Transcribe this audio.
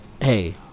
Hey